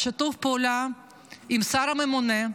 בשיתוף פעולה עם השר הממונה,